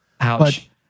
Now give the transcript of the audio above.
Ouch